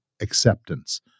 acceptance